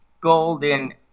golden